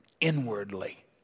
inwardly